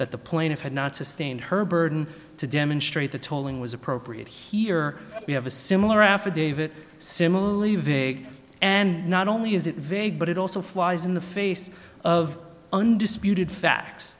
that the point had not sustained her burden to demonstrate the tolling was appropriate here we have a similar affidavit similarly big and not only is it vague but it also flies in the face of undisputed facts